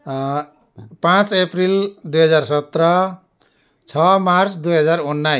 पाँच अप्रेल दुई हजार सत्र छ मार्च दुई हजार उन्नाइस